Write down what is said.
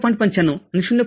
९५ आणि ०